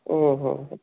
ಹ್ಞೂ ಹ್ಞೂ ಹ್ಞೂ